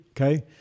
Okay